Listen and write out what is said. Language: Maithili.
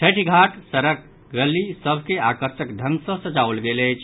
छठि घाट सड़क गली सभ के आकर्षक ढ़ग सँ सजाओल गेल अछि